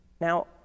Now